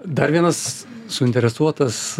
dar vienas suinteresuotas